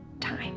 time